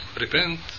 repent